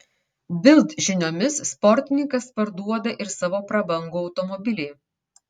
bild žiniomis sportininkas parduoda ir savo prabangų automobilį